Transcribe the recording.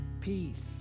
peace